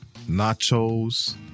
nachos